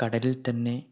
കടലിൽ തന്നെ